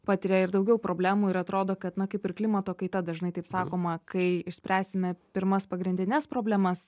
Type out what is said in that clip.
patiria ir daugiau problemų ir atrodo kad na kaip ir klimato kaita dažnai taip sakoma kai išspręsime pirmas pagrindines problemas